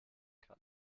kann